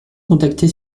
contacté